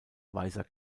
weißer